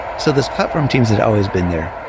so these platform teams had always been there.